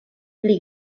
pli